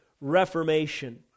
reformation